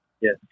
yes